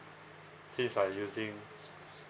since I using